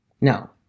no